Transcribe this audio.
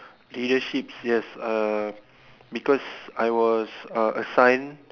leaderships yes uh because I was uh assigned